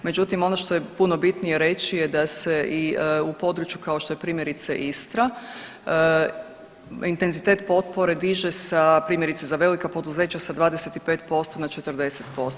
Međutim, ono što je puno bitnije reći je da se i u području kao što je primjerice Istra intenzitet potpore diže sa primjerice za velika poduzeća sa 25% ma 40%